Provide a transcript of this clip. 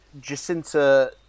Jacinta